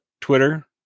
Twitter